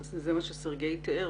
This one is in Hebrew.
זה מה שסרגי תיאר